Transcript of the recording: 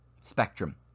spectrum